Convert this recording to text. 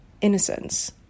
innocence